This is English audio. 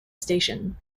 station